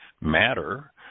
matter